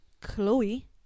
chloe